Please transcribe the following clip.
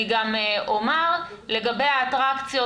אני גם אומר לגבי האטרקציות,